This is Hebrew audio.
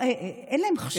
אין להם חשומה.